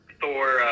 Thor